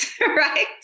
right